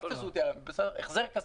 החזר כספי.